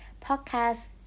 podcast